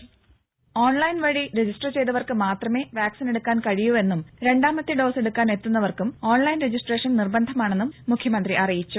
ദേദ ഓൺലൈൻ വഴി രജിസ്റ്റർ ചെയ്തവർക്ക് മാത്രമേ വാക്സിൻ എടുക്കാൻ കഴിയൂവെന്നും രണ്ടാമത്തെ ഡോസ് എടുക്കാൻ എത്തുന്നവർക്കും ഓൺലൈൻ രജിസ്ട്രേഷൻ നിർബന്ധമാണെന്നും മുഖ്യമന്ത്രി അറിയിച്ചു